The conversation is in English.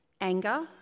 Anger